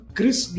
Chris